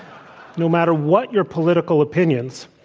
no matter what your political opinions,